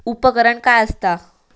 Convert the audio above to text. उपकरण काय असता?